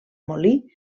molí